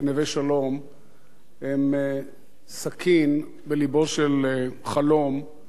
הן סכין בלבו של חלום שאני עדיין מאמין בו,